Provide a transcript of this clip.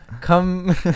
come